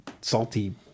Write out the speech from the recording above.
salty